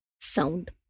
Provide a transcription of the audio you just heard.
sound